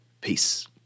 Peace